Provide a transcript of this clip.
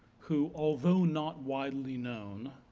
who although not widely known,